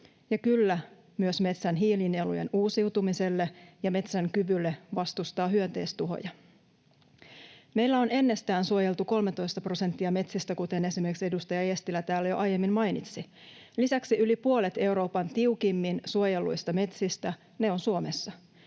ja, kyllä, myös metsän hiilinielujen uusiutumiselle ja metsän kyvylle vastustaa hyönteistuhoja. Meillä on ennestään suojeltu 13 prosenttia metsistä, kuten esimerkiksi edustaja Eestilä täällä jo aiemmin mainitsi. Lisäksi yli puolet Euroopan tiukimmin suojelluista metsistä on Suomessa.